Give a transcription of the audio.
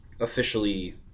officially